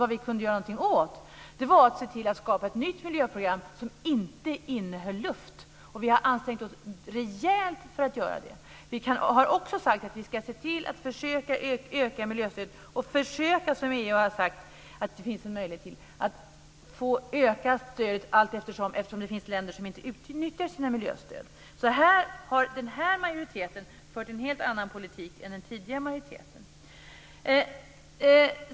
Vad vi kunde göra någonting åt var att se till att skapa ett nytt miljöprogram som inte innehöll luft, och vi har ansträngt oss rejält för att göra det. Vi har också sagt att vi ska se till att försöka öka miljöstödet och att försöka få ökat stöd allteftersom eftersom det finns länder som inte utnyttjar sina miljöstöd. EU har sagt att det finns en möjlighet till det. Den här majoriteten har alltså fört en helt annan politik än den tidigare majoriteten.